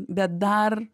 bet dar